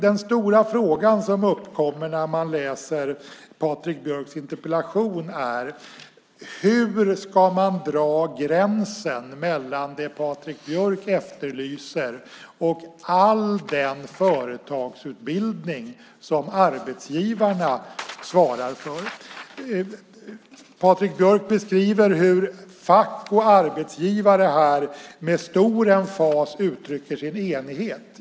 Den stora frågan som uppkommer när man läser Patrik Björcks interpellation är: Hur ska man dra gränsen mellan det Patrik Björck efterlyser och all den företagsutbildning som arbetsgivarna svarar för? Patrik Björck beskriver hur fack och arbetsgivare med stor emfas uttrycker sin enighet.